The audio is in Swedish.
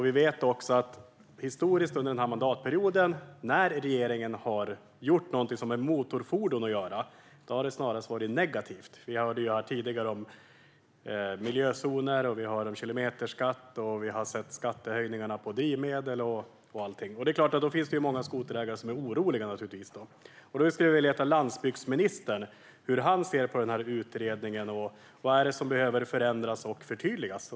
Vi vet historiskt under den här mandatperioden att när regeringen har gjort någonting som har med motorfordon att göra har det snarast varit negativt. Vi hörde här tidigare om miljözoner och kilometerskatt, och vi har sett skattehöjningarna på drivmedel och allting. Det är klart att det finns många skoterägare som är oroliga. Jag skulle vilja veta hur landsbygdsministern ser på den här utredningen. Vad är det som behöver förändras och förtydligas?